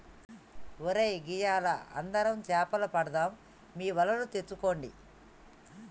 ఒరై గియ్యాల అందరం సేపలు పడదాం మీ వలలు తెచ్చుకోండి